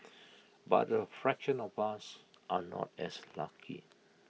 but A fraction of us are not as lucky